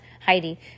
Heidi